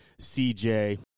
CJ